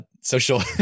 Social